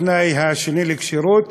התנאי השני לכשירות